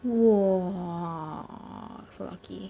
!wah! so lucky